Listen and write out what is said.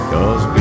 Cause